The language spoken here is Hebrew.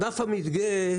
ענף המדגה,